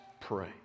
pray